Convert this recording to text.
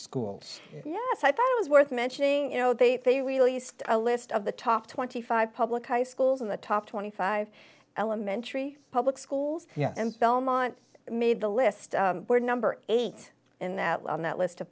schools yes i thought it was worth mentioning you know they they released a list of the top twenty five public high school in the top twenty five elementary public schools yeah and belmont made the list we're number eight in the on that list